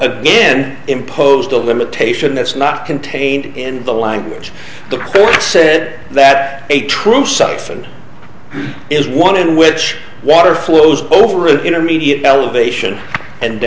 again imposed a limitation that's not contained in the language the court said that a true siphon is one in which water flows over an intermediate elevation and